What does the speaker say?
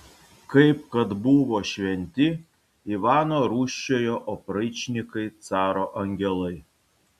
kaip kad buvo šventi ivano rūsčiojo opričnikai caro angelai